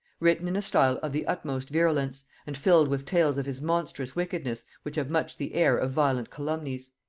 written in a style of the utmost virulence, and filled with tales of his monstrous wickedness which have much the air of violent calumnies.